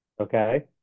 Okay